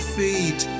feet